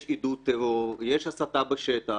יש עידוד טרור, יש הסתה בשטח.